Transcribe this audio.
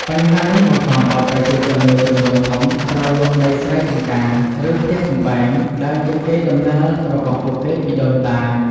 បញ្ហានេះបង្ខំឲ្យប្រជាជនមួយចំនួនធំត្រូវ លក់ដីស្រែចម្ការ ឬផ្ទះសម្បែង ដែលជាកេរ្តិ៍ដំណែលរបស់ពួកគេពីដូនតា។